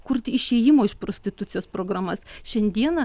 kurti išėjimo iš prostitucijos programas šiandieną